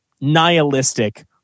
nihilistic